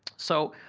so,